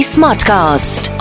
Smartcast